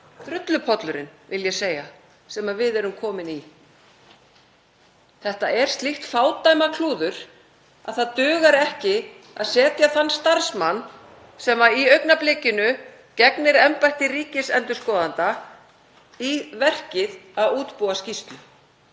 drullupollurinn vil ég segja, sem við erum komin í. Þetta er slíkt fádæma klúður að það dugar ekki að setja þann starfsmann sem í augnablikinu gegnir embætti ríkisendurskoðanda í verkið að útbúa skýrslu.